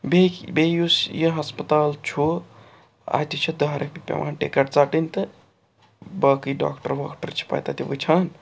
بیٚیہِ بیٚیہِ یُس یہِ ہَسپَتال چھُ اَتہِ چھِ دہ رۄپیہِ پٮ۪وان ٹِکَٹ ژَٹٕنۍ تہٕ باقٕے ڈاکٹَر واکٹَر چھِ پَتہٕ اَتہِ وٕچھان